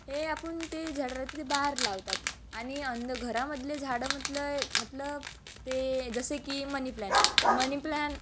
हे आपण ते झाड राहते ते बाहेर लावतात आणि अंदर घरामधले झाडं म्हटलं आहे मतलब ते जसे की मनीप्लँट मनीप्लॅन